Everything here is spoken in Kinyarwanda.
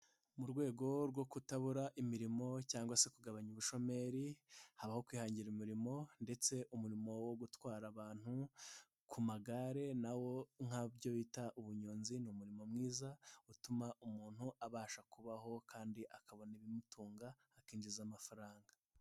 Mu rwego rwo kutabura imirimo cyangwa se kugabanya ubushomeri, habaho kwihangira umurimo, ndetse umurimo wo gutwara abantu ku magare, nawo nk'ibyo bita ubunyonzi, ni umurimo mwiza utuma umuntu abasha kubaho kandi akabona ibimutunga, akinjiza amafaranga.